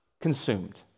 consumed